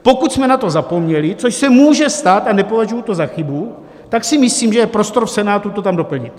Pokud jsme na to zapomněli, což se může stát a nepovažuji to za chybu, tak si myslím, že je prostor v Senátu to tam doplnit.